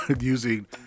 using